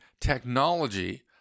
technology